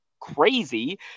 crazy